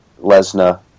Lesnar